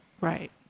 Right